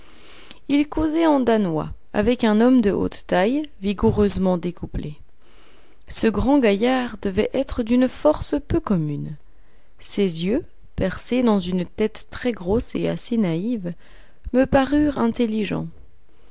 il causait en danois avec un homme de haute taille vigoureusement découplé ce grand gaillard devait être d'une force peu commune ses yeux percés dans une tête très grosse et assez naïve me parurent intelligents